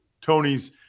Tony's